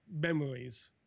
memories